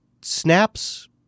Snap's